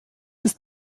ist